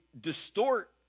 distort